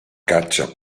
caccia